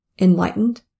enlightened